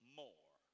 more